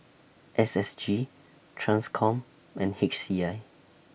S S G TRANSCOM and H C I